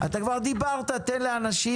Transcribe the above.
יבגני, אתה כבר דיברת, תן לאחרים.